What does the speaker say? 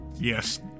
yes